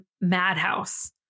madhouse